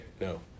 no